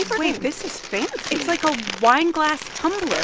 wait this is fancy. it's like a wine glass tumbler